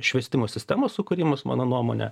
šviestimo sistemos sukūrimas mano nuomone